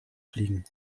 fliegen